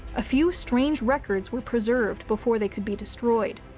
a few strange records were preserved before they could be destroyed,